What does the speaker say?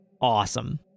awesome